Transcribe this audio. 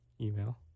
email